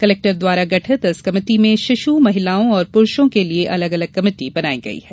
collector द्वारा गठित इस कमेटी में शिशु महिलाओं और पुरूषों के लिये अलग अलग कमेटी बनायी गयी है